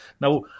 Now